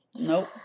Nope